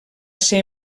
ser